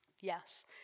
Yes